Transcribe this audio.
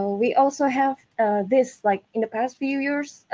we also have this, like in the past few years,